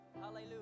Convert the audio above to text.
Hallelujah